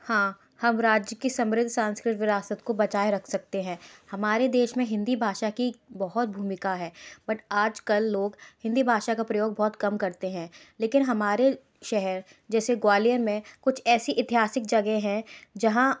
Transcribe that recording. हाँ हम राज्य के समृद्ध सांस्कृतिक विरासत को बचाए रख सकते हैं हमारे देश में हिंदी भाषा की बहुत भूमिका है बट आजकल लोग हिंदी भाषा का प्रयोग बहुत कम करते हैं लेकिन हमारे शहर जैसे ग्वालियर में कुछ ऐसी ऐतिहासिक जगह हैं जहाँ